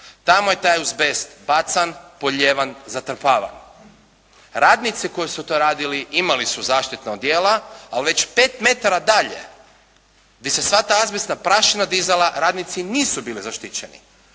Tamo je taj azbest bacan, polijevan, zatrpavan. Radnici koji su to radili imali su zaštitna odjela, a već 5 metara dalje gdje se sva ta azbestna prašina dizala radnici nisu bili zaštićeni.